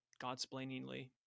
God-splainingly